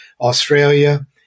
Australia